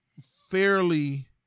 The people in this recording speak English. fairly